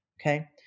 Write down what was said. okay